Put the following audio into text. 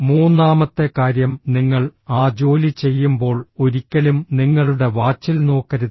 മൂന്നാമത്തെ കാര്യം നിങ്ങൾ ആ ജോലി ചെയ്യുമ്പോൾ ഒരിക്കലും നിങ്ങളുടെ വാച്ചിൽ നോക്കരുത്